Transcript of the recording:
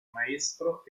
maestro